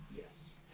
Yes